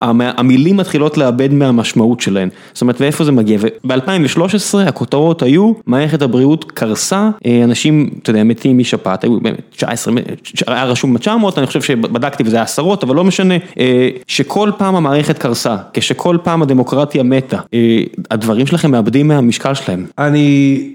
המילים מתחילות לאבד מהמשמעות שלהן, זאת אומרת מאיפה זה מגיע? ב-2013 הכותרות היו מערכת הבריאות קרסה, אנשים, אתה יודע, מתים משפעת, היה רשום 900, אני חושב שבדקתי וזה היה עשרות, אבל לא משנה, שכל פעם המערכת קרסה, שכל פעם הדמוקרטיה מתה. הדברים שלכם מאבדים מהמשקל שלהם. אני..